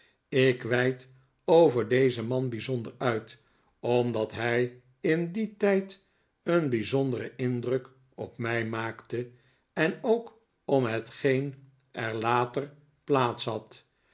ik weid over dezen man bijzonder uit omdat hij in dien tijd een bijzonderen indruk op mij maakte en ook om hetgeen er later plaats had